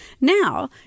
Now